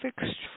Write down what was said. fixed